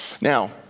Now